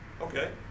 Okay